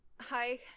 hi